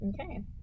Okay